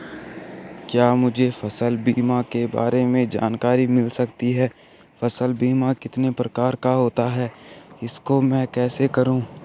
क्या मुझे फसल बीमा के बारे में जानकारी मिल सकती है फसल बीमा कितने प्रकार का होता है इसको मैं कैसे करूँ?